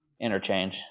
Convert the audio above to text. interchange